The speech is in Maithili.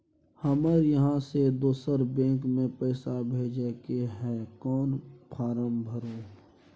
हमरा इहाँ से दोसर बैंक में पैसा भेजय के है, कोन फारम भरू?